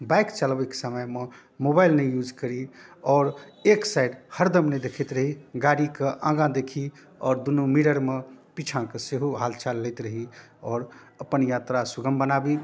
bike चलबैके समयमे mobile नहि यूज करी आओर एक साइड हरदम नहि देखैत रही गाड़ीके आगाँ देखी आओर दुन्नू मिररमे पाछाँके सेहो हालचाल लैत रही आओर अपन यात्रा सुगम बनाबी